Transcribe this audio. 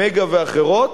"מגה" ואחרות?